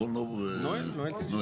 נועל.